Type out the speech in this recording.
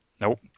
Nope